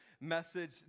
message